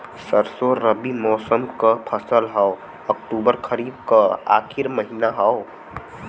सरसो रबी मौसम क फसल हव अक्टूबर खरीफ क आखिर महीना हव